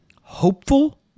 Hopeful